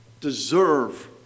deserve